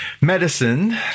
medicine